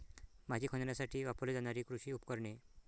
माती खणण्यासाठी वापरली जाणारी कृषी उपकरणे